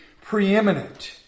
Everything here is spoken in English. preeminent